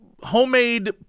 homemade